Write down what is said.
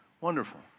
Wonderful